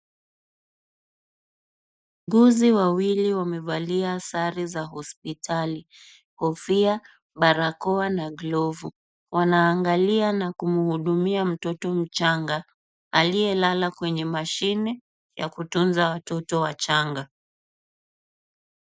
Wauguzi wawili wamevalia sare za hospitali, kofia ,barakoa na glovu wanaangalia na kumuhudumia mtoto mchanga, aliyelala kwenye mashine ya kutunza watoto wachanga.